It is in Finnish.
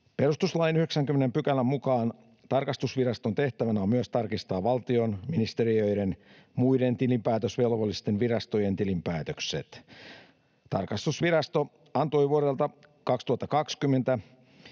Perustuslain 90 §:n mukaan tarkastusviraston tehtävänä on myös tarkistaa valtion, ministeriöiden ja muiden tilinpäätösvelvollisten virastojen tilinpäätökset. Tarkastusvirasto antoi vuodelta 2020